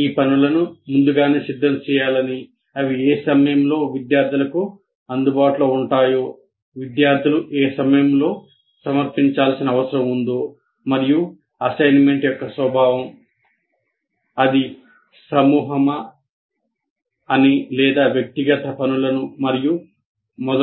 ఈ పనులను ముందుగానే సిద్ధం చేయాలని అవి ఏ సమయంలో విద్యార్థులకు అందుబాటులో ఉంటాయో విద్యార్థులు ఏ సమయంలో సమర్పించాల్సిన అవసరం ఉందో మరియు అసైన్మెంట్ యొక్క స్వభావం అది సమూహమా అని లేదా వ్యక్తిగత పనులను మరియు మొదలైనవి